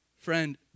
Friend